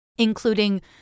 including